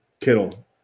Kittle